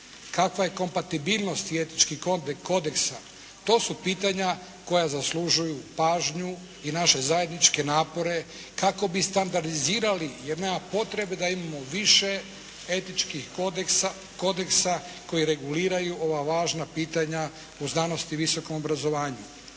Kakva je kompatibilnost tih etičkih kodeksa? To su pitanja koja zaslužuju pažnju i naše zajedničke napore kako bi standardizirali, jer nema potrebe da imamo više etičkih kodeksa koji reguliraju ova važna pitanja u znanosti i visokom obrazovanju.